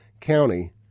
County